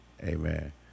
Amen